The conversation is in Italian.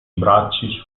bracci